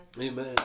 Amen